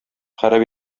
харап